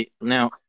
now